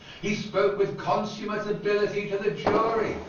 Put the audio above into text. he spoke with consummate ability to the jury,